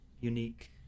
unique